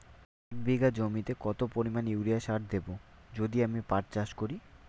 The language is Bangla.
এক বিঘা জমিতে কত পরিমান ইউরিয়া সার দেব যদি আমি পাট চাষ করি?